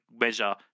measure